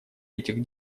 этих